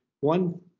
one